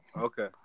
Okay